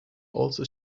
also